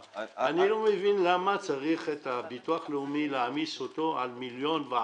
אני לא מבין למה צריך להעמיד על הביטוח הלאומי מיליון ועדות.